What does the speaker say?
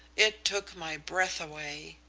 it took my breath away.